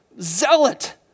zealot